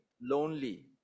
lonely